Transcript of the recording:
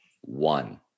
One